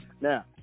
Now